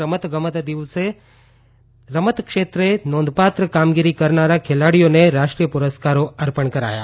રમતગમત દિવસ નિમિત્તે રમત ક્ષેત્રે નોંધપાત્ર કામગીરી કરનારા ખેલાડીઓને રાષ્ટ્રીય પુરસ્કારો અર્પણ કરાયા